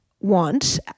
want